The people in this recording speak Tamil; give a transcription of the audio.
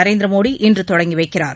நரேந்திர மோடி இன்று தொடங்கி வைக்கிறார்